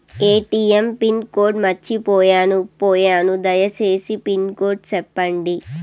ATM pin code మర్చిపోయాను పోయాను దయసేసి పిన్ కోడ్ సెప్పండి?